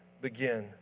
begin